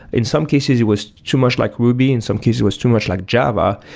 in some cases, it was too much like ruby, in some cases it was too much like java,